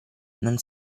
non